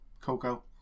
Coco